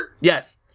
Yes